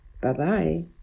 Bye-bye